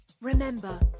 Remember